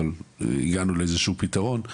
אבל הגענו לאיזשהו פתרון,